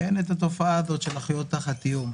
שאין בו את התופעה של לחיות תחת איום,